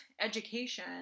education